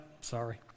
sorry